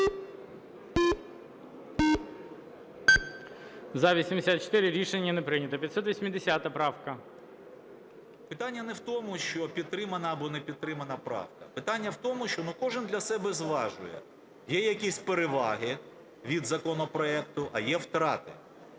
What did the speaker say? За-84 Рішення не прийнято. 580 правка. 14:07:57 СОБОЛЄВ С.В. Питання не в тому, що підтримана або не підтримана правка, питання в тому, що, ну, кожен для себе зважує, є якісь переваги від законопроекту, а є втрати.